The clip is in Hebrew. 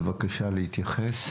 בניגוד להנחיות משרד